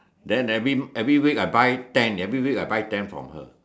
then every every week I buy ten every week I buy ten from her